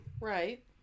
Right